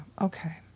okay